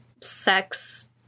sex